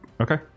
Okay